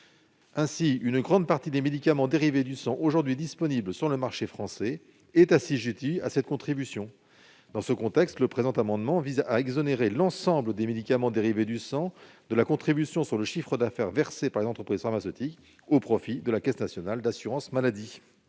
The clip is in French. Ainsi, une grande partie des médicaments dérivés du sang disponibles sur le marché français est assujettie à cette contribution. Dans ce contexte, le présent amendement vise à exonérer l'ensemble des médicaments dérivés du sang de la contribution sur le chiffre d'affaires qui est versée par les entreprises pharmaceutiques au profit de la Caisse nationale de l'assurance maladie.